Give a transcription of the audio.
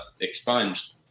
expunged